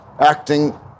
acting